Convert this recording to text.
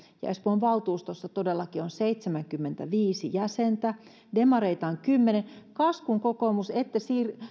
espoon valtuustossa todellakin on seitsemänkymmentäviisi jäsentä demareita on kymmenen kas kun kokoomus ette